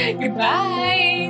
goodbye